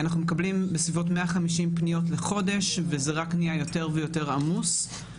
אנחנו מקבלים בסביבות 150 פניות בחודש וזה רק נהיה יותר ויותר עמוס.